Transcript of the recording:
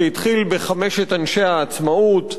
זה התחיל בחמשת אנשי העצמאות,